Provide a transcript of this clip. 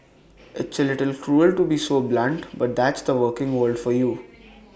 it's A little cruel to be so blunt but that's the working world for you